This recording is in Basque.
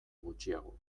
gutxiago